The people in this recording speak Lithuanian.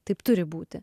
taip turi būti